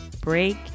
break